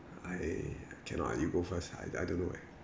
I cannot ah you go first I I don't know eh